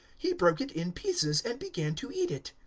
he broke it in pieces and began to eat it.